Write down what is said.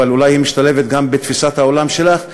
אבל אולי היא משתלבת גם בתפיסת העולם שלך,